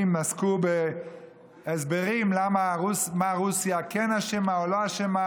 עסקו בהסברים מה רוסיה כן אשמה או לא אשמה.